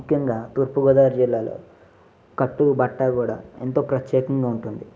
ముఖ్యంగా తూర్పుగోదావరి జిల్లాలో కట్టు బట్ట కూడా ఎంతో ప్రత్యేకంగా ఉంటుంది